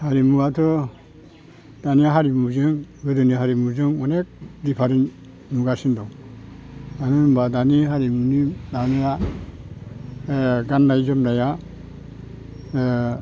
हारिमुआथ' दानि हारिमुजों गोदोनि हारिमुजों अनेख डिफारेन्ट नुगासिनो दं मानो होनब्ला दानि हारिमुनि माबाया गाननाय जोमनाया